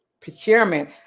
Procurement